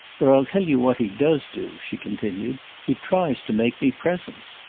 but i'll tell you what he does do, she continued he tries to make me presents.